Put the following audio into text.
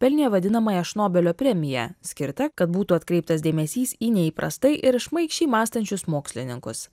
pelnė vadinamąją šnobelio premiją skirtą kad būtų atkreiptas dėmesys į neįprastai ir šmaikščiai mąstančius mokslininkus